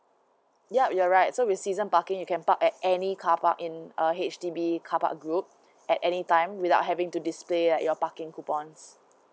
ya you're right so with season parking you can park at any car park in uh H_D_B carpark group at any time without having to display your parking coupons